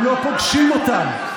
הם לא פוגשים אותם.